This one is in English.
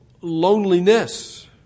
loneliness